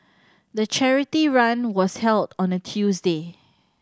the charity run was held on a Tuesday